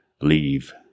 leave